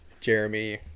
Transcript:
jeremy